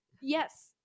Yes